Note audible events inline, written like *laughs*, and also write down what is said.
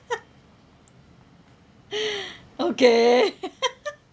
*laughs* okay *laughs*